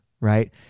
right